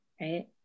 right